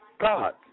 God